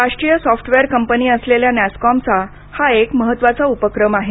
राष्ट्रीय software company असलेल्या नॅसकॉमचा हा एक महत्त्वाचा उपक्रम आहे